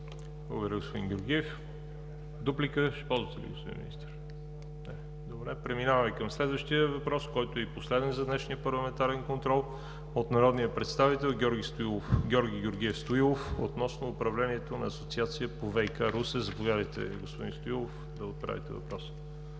Благодаря, господин Георгиев. Дуплика ще ползвате ли, господин Министър? Не, добре. Преминаваме към следващия въпрос, който е и последен за днешния парламентарен контрол, от народния представител Георги Георгиев Стоилов относно управлението на Асоциация по ВиК – Русе. Заповядайте, господин Стоилов, да отправите въпроса.